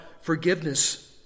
forgiveness